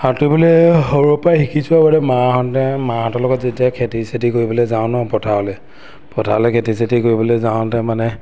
সাঁতোৰিবলৈ সৰুৰে পৰাই শিকিছোঁ মাহঁতে মাহঁতৰ লগত যেতিয়া খেতি চেতি কৰিবলৈ যাওঁ ন' পথাৰলৈ পথাৰলৈ খেতি চেতি কৰিবলৈ যাওঁতে মানে